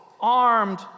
armed